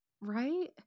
Right